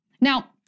Now